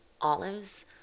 olives